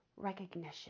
recognition